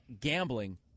gambling